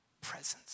presence